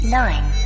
nine